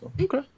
Okay